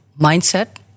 mindset